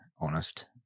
honest